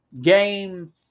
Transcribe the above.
game